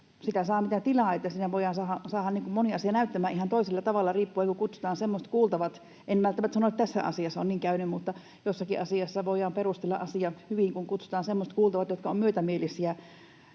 sitä saa, mitä tilaa. Siinä voidaan saada moni asia näyttämään ihan toisella tavalla siitä riippuen, kun kutsutaan semmoiset kuultavat — en välttämättä sano, että tässä asiassa on niin käynyt, mutta jossakin asiassa voidaan perustella asiat hyvin, kun kutsutaan semmoiset kuultavat, jotka ovat myötämielisiä